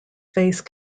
face